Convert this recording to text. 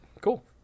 Cool